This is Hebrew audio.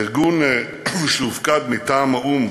הארגון שהופקד מטעם האו"ם